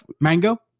Mango